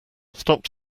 stop